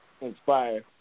Inspire